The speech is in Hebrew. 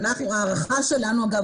הערכה שלנו אגב,